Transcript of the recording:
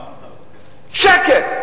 שקט,